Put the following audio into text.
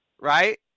right